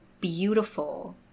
beautiful